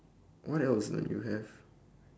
what else that you have